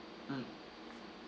mm